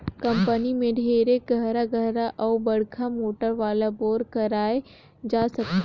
company में ढेरे गहरा गहरा अउ बड़का मोटर वाला बोर कराए जा सकथे